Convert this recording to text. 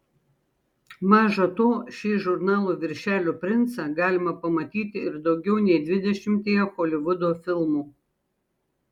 maža to šį žurnalų viršelių princą galima pamatyti ir daugiau nei dvidešimtyje holivudo filmų